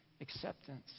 acceptance